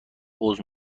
عذر